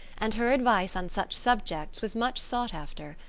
and her advice on such subjects was much sought after.